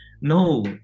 no